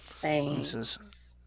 Thanks